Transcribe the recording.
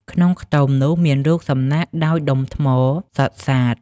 ក្នុងខ្ទមនោះ មានរូបសំណាកដោយដុំថ្មសុទ្ធសាធ ។